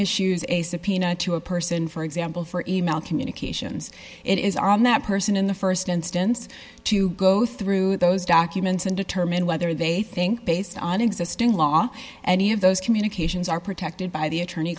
issues a subpoena to a person for example for e mail communications it is on that person in the st instance to go through those documents and determine whether they think based on existing law any of those communications are protected by the attorney